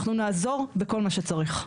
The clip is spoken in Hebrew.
אנחנו נעזור בכל מה שצריך.